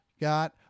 got